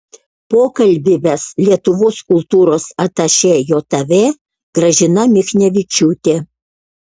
pokalbį ves lietuvos kultūros atašė jav gražina michnevičiūtė